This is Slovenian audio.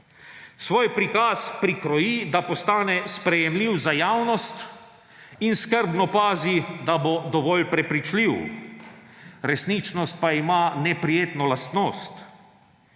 Svoj prikaz prikroji, da postane sprejemljiv za javnost, in skrbno pazi, da bo dovolj prepričljiv, resničnost pa ima neprijetno lastnost,